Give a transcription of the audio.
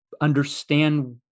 understand